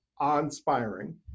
inspiring